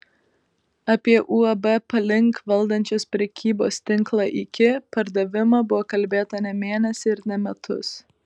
apie uab palink valdančios prekybos tinklą iki pardavimą buvo kalbėta ne mėnesį ir ne metus